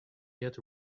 yet